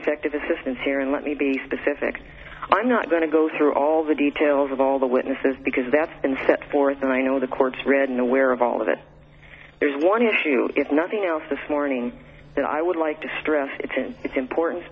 ineffective assistance here and let me be specific i'm not going to go through all the details of all the witnesses because that's been set forth and i know the court's read and aware of all of it there is one issue if nothing else this morning that i would like to stress it in its importan